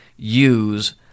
Use